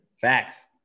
Facts